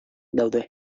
daude